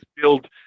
build